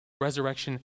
resurrection